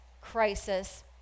crisis